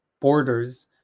borders